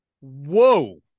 whoa